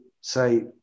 say